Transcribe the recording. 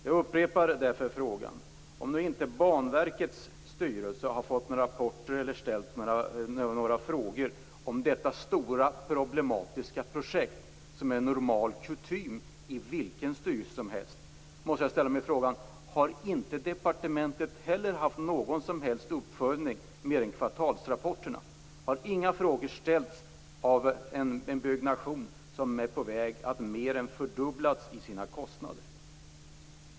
Jag upprepar därför frågan: Om inte Banverkets styrelse har fått några rapporter eller ställt några frågor om detta stora problematiska projekt, som är normal kutym i vilken styrelse som helst, har inte departementet heller haft någon som helst uppföljning mer än kvartalsrapporterna? Har inga frågor ställts om en byggnation som är på väg att mer än fördubbla sina kostnader?